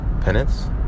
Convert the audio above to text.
Penance